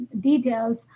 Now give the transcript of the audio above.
details